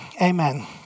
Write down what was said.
amen